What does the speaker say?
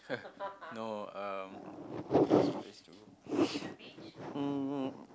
no um where's a place to go um